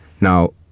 Now